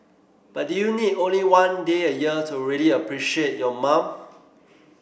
but do you need only one day a year to really appreciate your mom